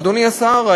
אדוני השר,